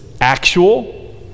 actual